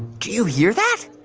do you hear that?